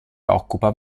occupa